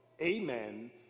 amen